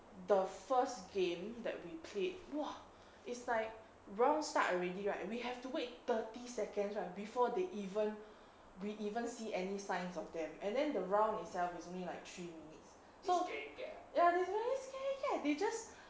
the first game that we played !wah! it's like round start already right and we have to wait thirty seconds right before they even we even see any signs of them and then the round itself is only like three minutes so ya they very scaredy cat they just